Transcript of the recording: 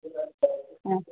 हा